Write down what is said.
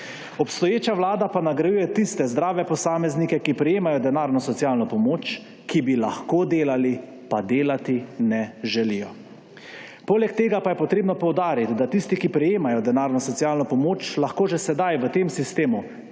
Obstoječa Vlada pa nagrajuje tiste zdrave posameznike, ki prejemajo denarno socialno pomoč, ki bi lahko delali, pa delati ne želijo. Poleg tega pa je treba poudariti, da tisti, ki prejemajo denarno socialno pomoč, lahko že sedaj v tem sistemu